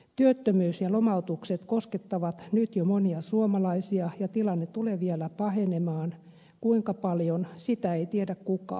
työttömyys ja lomautukset koskettavat nyt jo monia suomalaisia ja tilanne tulee vielä pahenemaan kuinka paljon sitä ei tiedä kukaan